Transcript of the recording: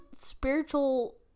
spiritual